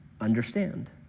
understand